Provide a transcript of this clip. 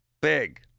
Big